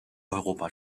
europa